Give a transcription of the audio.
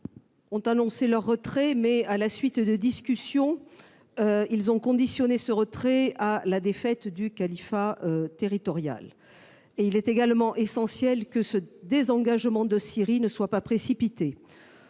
ont annoncé leur retrait. Néanmoins, à la suite de discussions, ils ont conditionné ce retrait à la défaite du califat territorial. Il est également essentiel que ce désengagement de Syrie ne soit pas précipité,